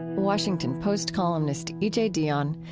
washington post columnist e j. dionne.